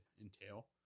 entail